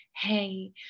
Hey